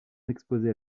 exposés